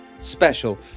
special